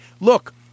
look